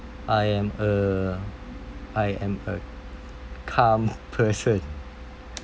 I am a I am a calm person